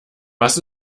was